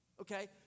okay